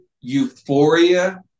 Euphoria